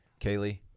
Kaylee